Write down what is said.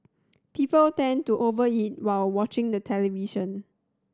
people tend to over eat while watching the television